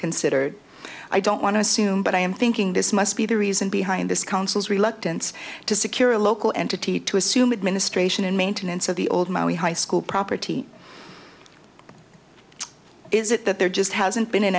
considered i don't want to assume but i am thinking this must be the reason behind this council's reluctance to secure a local entity to assume administration and maintenance of the old high school property is it that there just hasn't been an